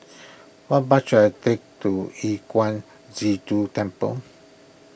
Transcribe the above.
what bus should I take to Yu Huang Zhi Zun Temple